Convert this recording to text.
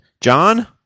John